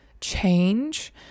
change